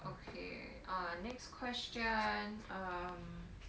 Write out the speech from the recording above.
okay err next question um